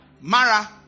mara